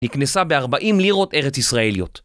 נקנסה ב-40 לירות ארץ ישראליות